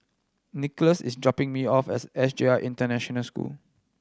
Nicholas is dropping me off as S J I International School